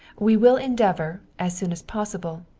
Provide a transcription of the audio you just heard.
we will endeavor, as soon as possible,